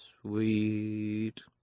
sweet